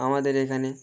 আমাদের এখানে